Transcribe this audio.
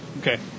Okay